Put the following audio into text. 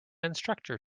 instructor